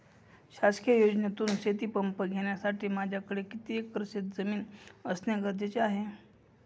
शासकीय योजनेतून शेतीपंप घेण्यासाठी माझ्याकडे किती एकर शेतजमीन असणे गरजेचे आहे?